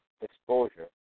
exposure